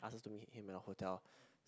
ask us to meet him at a hotel